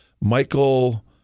michael